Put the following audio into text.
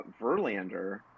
Verlander